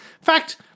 fact